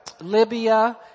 Libya